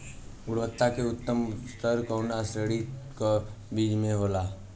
गुणवत्ता क उच्चतम स्तर कउना श्रेणी क बीज मे होला?